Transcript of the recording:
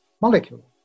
molecule